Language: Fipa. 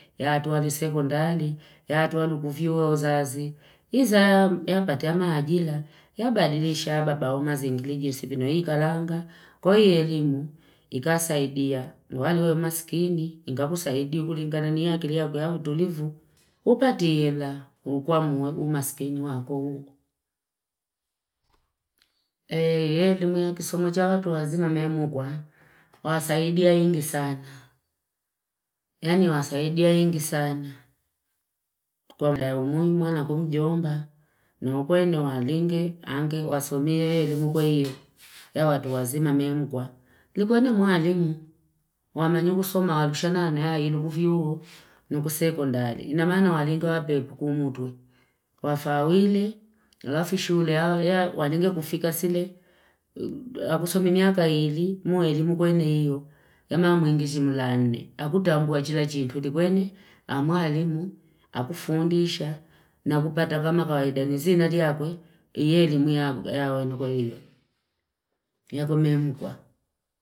Ya atuwali sekundali, ya atuwali kufiuwe o zazi, hiza ya pateama hajila, ya badilisha baba umazi ngilijilisipino ika langa. Koi elimu, ikasaidia. Nuhaliwe masikini, ingapu saidi. Ukulingana niya kilia kuya utulivu. Upatihila. Ukuwa masikini wangu. Elimu ya kisumoja wapu wazima me muguwa, waasaidia ingi sana. Yani waasaidia ingi sana. Kwa mtayo mwingi, mwana kumijomba, na mkwenye walinge, angi, wasomye, elimu kwenye iyo, ya watu wazima me muguwa. Likwane mualimu. Wamani ukusoma walushana na ilu kufiuwe, nuku sekundali. Inamana walingo hape pukumutui. Wafa wile, lafi shule hao, ya walinge kufika sile, hakusomimi haka ili, muelimu kwenye iyo, yama mwingi jimulane. Hakuta ambu wajila jintu, kwenye kwenye mwalimu, hakufundisha, na kupata kama kawaidani zina diyakwe, yelimu ya wanu kwenye iyo, ya kome muguwa.